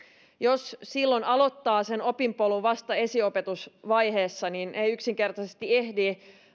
jos silloin aloittaa sen opinpolun vasta esiopetusvaiheessa niin ei yksinkertaisesti ehdi